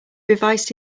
revised